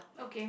okay